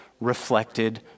reflected